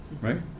right